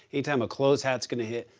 anytime, a closed-hat going to hit,